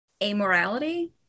amorality